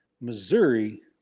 Missouri